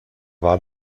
war